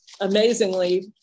amazingly